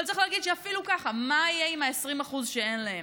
אבל אפילו ככה, מה יהיה עם ה-20% שאין להם?